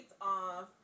off